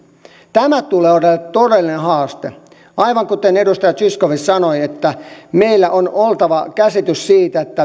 tämä tulee olemaan todellinen haaste aivan kuten edustaja zyskowicz sanoi meillä on oltava käsitys siitä